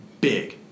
Big